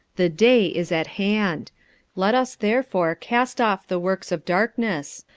the day is at hand let us therefore cast off the works of darkness,